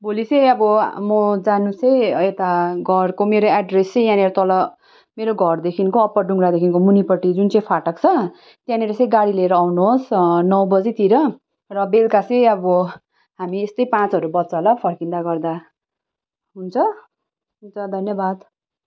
भोलि चाहिँ अब म जानु चाहिँ यता घरको मेरो एड्रेस चाहिँ यहाँनिर तल मेरो घरदेखिको अप्पर डुङ्गरादेखि मुनि जुन चाहिँ फाटक छ त्यहाँनिर चाहिँ गाडी लिएर आउनुहोस् नौ बजीतिर र बेलुका चाहिँ अब हामी यस्तै पाँचहरू बज्छ होला फर्किँदा गर्दा हुन्छ हुन्छ धन्यवाद